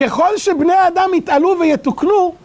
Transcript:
ככל שבני האדם יתעלו ויתוקנו